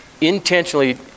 intentionally